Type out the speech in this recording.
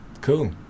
cool